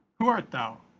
who art thou?